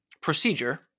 procedure